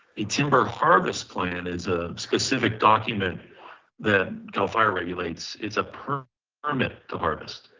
a timber harvest plan is a specific document that cal fire regulates it's a permit permit to harvest.